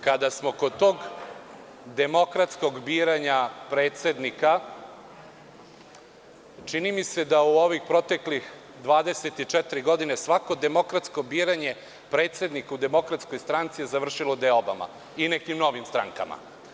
Kada smo kod tog demokratskog biranja predsednika, čini mi se da se u ovih proteklih 24 godine svako demokratsko biranje predsednika u DS završilo deobama i nekim novim strankama.